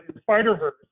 Spider-Verse